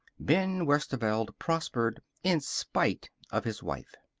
ben westerveld prospered in spite of his wife.